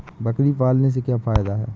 बकरी पालने से क्या फायदा है?